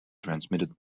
transmitted